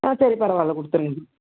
ஆ சரி பரவாயில்லை கொடுத்துருங்க